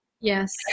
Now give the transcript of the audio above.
Yes